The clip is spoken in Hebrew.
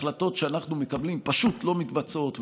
החלטות שאנחנו מקבלים פשוט לא מתבצעות,